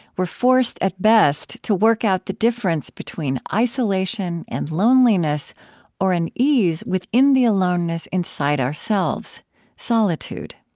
we're forced, at best, to work out the difference between isolation and loneliness or an ease within the aloneness inside ourselves solitude.